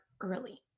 early